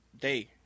day